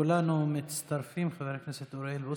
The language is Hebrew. כולנו מצטרפים, חבר הכנסת אוריאל בוסו.